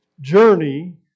journey